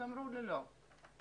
אז אמרו לי: לא,